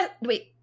Wait